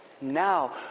Now